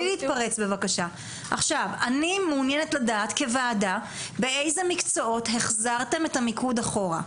אני מעוניינת לדעת כוועדה באיזה מקצועות החזרתם את המיקוד אחורה?